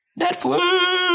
Netflix